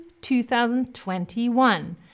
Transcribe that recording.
2021